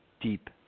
deep